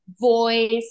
voice